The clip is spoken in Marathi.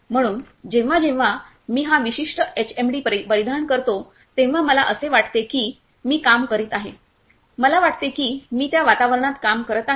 म्हणून जेव्हा जेव्हा मी हा विशिष्ट एचएमडी परिधान करतो तेव्हा मला असे वाटते की मी काम करीत आहे मला वाटते की मी त्या वातावरणात काम करत आहे